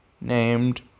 named